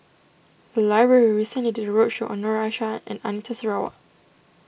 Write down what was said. the library recently did a roadshow on Noor Aishah and Anita Sarawak